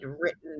written